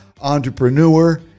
entrepreneur